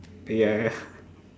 ya ya